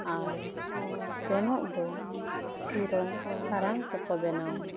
ᱟᱨ ᱡᱚᱱᱚᱜ ᱫᱚ ᱥᱤᱨᱚᱢ ᱠᱷᱟᱲᱟᱝ ᱛᱮᱠᱚ ᱵᱮᱱᱟᱣᱟ